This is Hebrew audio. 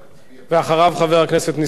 חבר הכנסת נסים זאב.